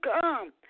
come